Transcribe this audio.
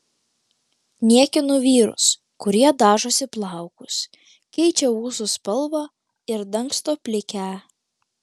niekinu vyrus kurie dažosi plaukus keičia ūsų spalvą ir dangsto plikę